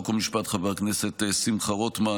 חוק ומשפט חבר הכנסת שמחה רוטמן,